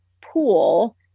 pool